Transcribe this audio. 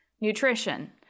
nutrition